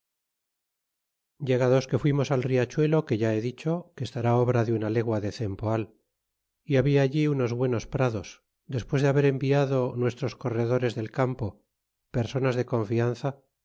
llegados que fuimos al riachuelo que ya he dicho que estará obra de una legua de cempoal y habia allí unos buenos prados despues de haber enviado nuestros corredores del campo personas de confianza